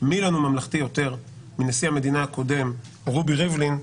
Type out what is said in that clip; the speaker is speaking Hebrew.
מי ממלכתי יותר מנשיא המדינה הקודם רובי ריבלין,